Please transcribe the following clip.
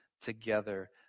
together